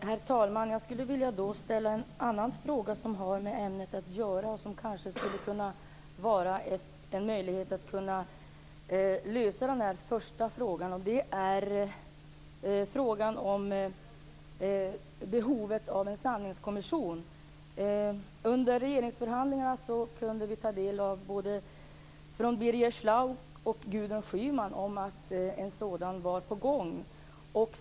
Herr talman! Jag skulle då vilja ställa en annan fråga som har med ämnet att göra och som kanske skulle kunna vara en möjlighet att lösa den första frågan. Det är frågan om behovet av en sanningskommission. Under regeringsförhandlingarna kunde vi ta del av uppgifter från både Birger Schlaug och Gudrun Schyman om att en sådan var på gång.